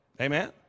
Amen